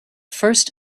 first